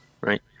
right